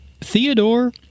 Theodore